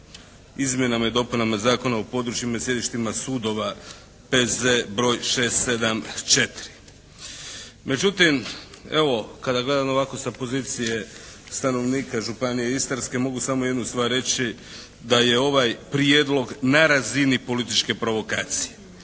izmjenama i dopunama Zakona o područjima i sjedištima sudova P.Z. br. 674. Međutim, evo kada gledam ovako sa pozicije stanovnika Županije istarske mogu samo jednu stvar reći da je ovaj prijedlog na razini političke provokacije.